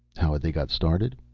how had they got started?